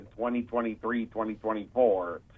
2023-2024